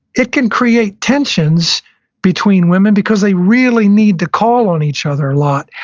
it can create tensions between women because they really need to call on each other a lot.